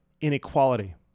inequality